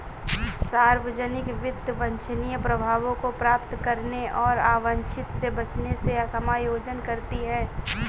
सार्वजनिक वित्त वांछनीय प्रभावों को प्राप्त करने और अवांछित से बचने से समायोजन करती है